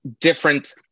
different